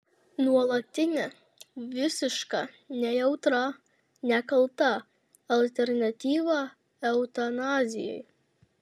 nuolatinė visiška nejautra nekalta alternatyva eutanazijai